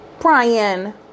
Brian